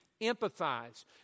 empathize